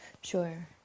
Sure